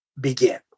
begin